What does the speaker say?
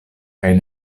kaj